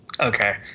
Okay